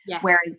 Whereas